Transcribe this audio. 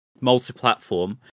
multi-platform